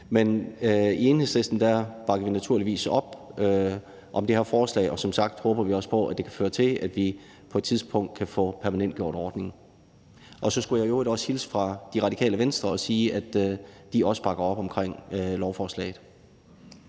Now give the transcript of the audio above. I Enhedslisten bakker vi naturligvis op om det her forslag, og som sagt håber vi også på, at det kan føre til, at vi på et tidspunkt kan få permanentgjort ordningen. Så skulle jeg i øvrigt også hilse fra Radikale Venstre og sige, at de også bakker op om lovforslaget.